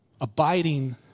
abiding